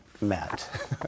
met